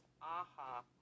aha